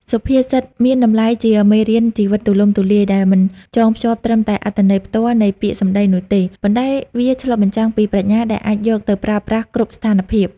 សុភាសិត មានតម្លៃជាមេរៀនជីវិតទូលំទូលាយ ដែលមិនចងភ្ជាប់ត្រឹមតែអត្ថន័យផ្ទាល់នៃពាក្យសម្ដីនោះទេ ប៉ុន្តែវាឆ្លុះបញ្ចាំងពីប្រាជ្ញាដែលអាចយកទៅប្រើបានគ្រប់ស្ថានភាព។